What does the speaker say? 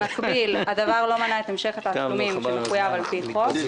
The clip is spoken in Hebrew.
במקביל הדבר לא מנע את המשך התשלומים שמחויב על פי חוק.